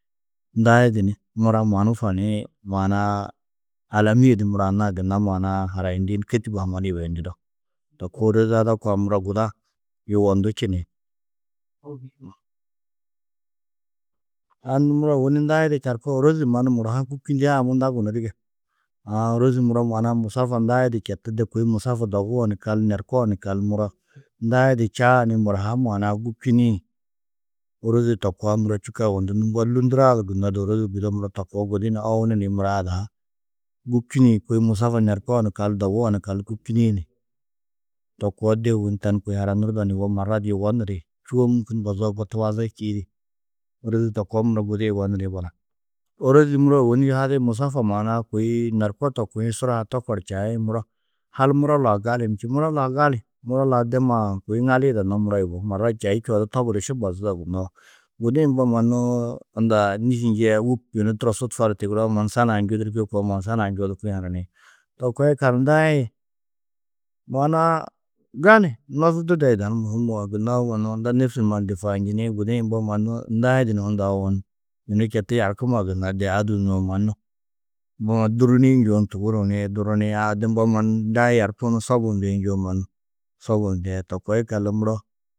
Ndai di ni mura maarufa nii maana-ã alamîe du mura anna-ã gunna maana-ã harayindi ni kitib-ã ha mannu yibeyundudo. To koo ôroze ada koa guda yugondú čini. A nû muro ndai di čarkoo, ôrozi mannu mura ha gûbčindiã munda gunú dige. Aã ôrozi muro maana-ã musafa ndai di četu de kôi musafa doguo ni kal norkoo ni kal muro ndai di čaa ni mura ha maana-ã gûbčinĩ ôroze to koa muro čûka yugondú. Nû mbo lûndurã du gunnó di ôrozi gudi muro to koo gudi ni owonu ni mura ada ha gûbčinĩ kôe musafa norkoo ni kal doguo ni kal, gûbčini ni to koo de ôwonni tani kôi haranurdo ni yuigó, marat yugó niri. Čûwo mûkun mbozoo mbo tubazi čîidi ôrozi to koo muro gudi yugó niri balak. Ôrozi muro ôwonni yuhadi musafa maana-ã kôi norko to kuĩ, suraa tokor čaĩ muro hal muro lau galin či? Muro lau gali, muro lau de maa kôi ŋali yidannó yugó, marat čaî čî čûwo odu toburru ši bazudo gunnoó. Gudi-ĩ mbo mannuu undaa nîši njî aya wûp yunu turo sutfa du tigiroo mannu sa njordirkîe mannu sa nuã njodirkĩ hananiĩn. To koo yikallu, ndai-ĩ maana-ã gali, nozundu de yidanú mûhumoo, gunnoó mannu unda nêfsi numa difaanjini, gudi-ĩ mbo mannu ndai di ni unda owonu. Yunu četu yarkuma, gunna de odûu nuwo mannu boũ dûrrinii njûwo tuguruũ nii durruniĩ. A de mbo mannu ndai yarkuũ ni sobuũ ni ndêi njûwo mannu sobuũ ndee. To koo yikallu muro.